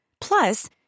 Plus